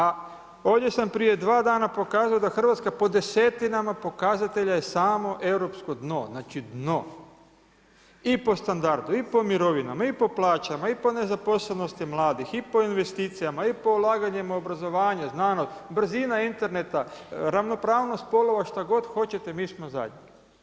A ovdje sam prije dva dana pokazao da Hrvatska po desetinama pokazatelja je samo europsko dno, znači dno i po standardu i po mirovinama i po plaćama i po nezaposlenosti mladih i po investicijama i po ulaganjem u obrazovanje, znanost, brzina interneta, ravnopravnost spolova šta god hoćete mi smo zadnji.